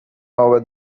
over